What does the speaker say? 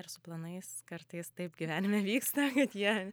ir su planais kartais taip gyvenime vyksta kad jie